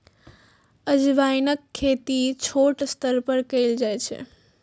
अजवाइनक खेती छोट स्तर पर कैल जाइ छै